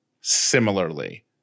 similarly